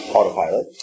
Autopilot